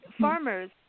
farmers